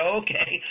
okay